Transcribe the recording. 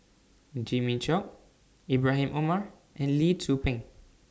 Jimmy Chok Ibrahim Omar and Lee Tzu Pheng